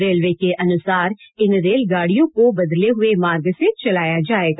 railway के अनुसार इन रेलगाडियों को बदले हुए मार्ग से चलाया जायेगा